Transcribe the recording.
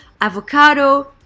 avocado